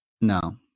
No